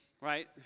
Right